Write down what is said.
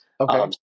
Okay